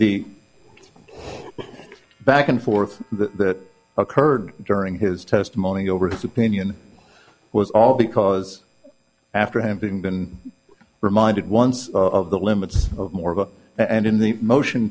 back and forth that occurred during his testimony over his opinion was all because after having been reminded once of the limits of more of a and in the motion